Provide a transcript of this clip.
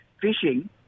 fishing